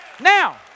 Now